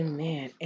Amen